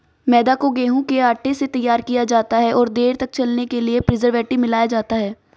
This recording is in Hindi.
मैदा को गेंहूँ के आटे से तैयार किया जाता है और देर तक चलने के लिए प्रीजर्वेटिव मिलाया जाता है